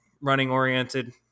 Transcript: running-oriented